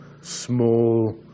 small